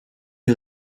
est